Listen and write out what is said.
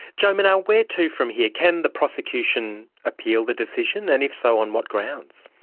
jo menagh, where to from here? can the prosecution appeal the decision, and if so on what grounds?